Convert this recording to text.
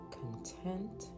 content